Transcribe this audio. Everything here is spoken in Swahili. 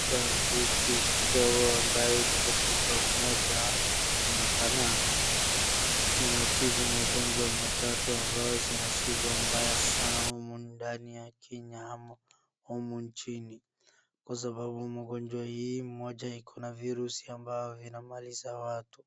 Dawa hiki kidogo ambayo iko kwa chupa moja inafanana. Unatibu magonjwa matatu ambayo zina sifa mbaya saba humu ndani ya Kenya ama humu nchini kwa sababu mgonjwa hii mmoja ikona virusi ambayo inamaliza watu.